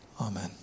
amen